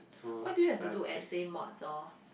why do you have to do essays mods orh